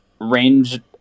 range